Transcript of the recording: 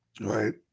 right